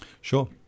Sure